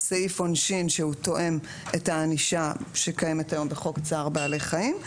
סעיף עונשין שהוא תואם את הענישה שקיימת היום בחוק צער בעלי חיים,